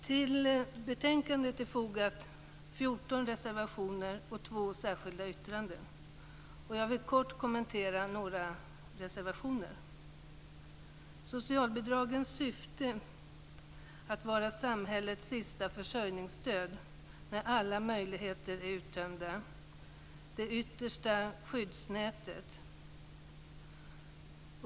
Till betänkandet är fogat 14 reservationer och två särskilda yttranden. Jag vill kort kommentera några reservationer. Socialbidragens syfte är att vara ett samhällets sista försörjningsstöd när alla andra möjligheter är uttömda, det yttersta skyddsnätet.